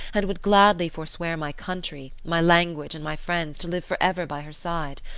and would gladly forswear my country, my language, and my friends, to live for ever by her side.